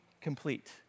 complete